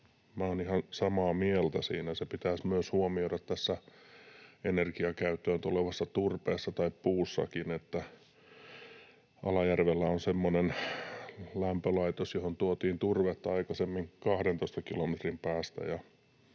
olen ihan samaa mieltä siinä. Se pitäisi myös huomioida energiakäyttöön tulevassa turpeessa tai puussakin. Alajärvellä on semmoinen lämpölaitos, johon tuotiin turvetta aikaisemmin 12 kilometrin päästä,